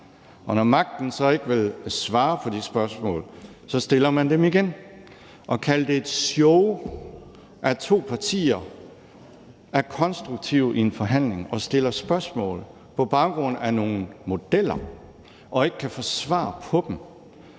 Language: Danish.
og når magten så ikke vil svare på de spørgsmål, stiller man dem igen. At kalde det et show, at to partier er konstruktive i en forhandling og stiller spørgsmål på baggrund af nogle modeller, men ikke kan få svar på dem,